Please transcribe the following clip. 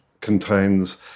contains